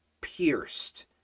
pierced